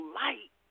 light